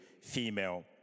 female